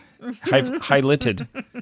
highlighted